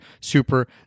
super